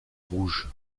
rouge